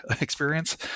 experience